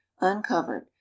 uncovered